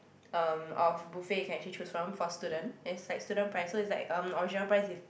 um of buffet you can actually choose from for student and is like student price so it's like um original price is